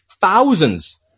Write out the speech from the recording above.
thousands